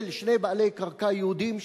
של שני בעלי קרקע יהודים,